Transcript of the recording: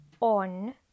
on